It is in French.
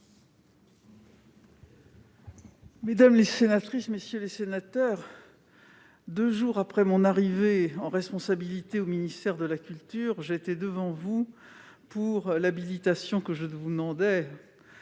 Mesdames les sénatrices, messieurs les sénateurs, deux jours après mon arrivée en responsabilité au ministère de la culture, j'étais devant vous pour solliciter votre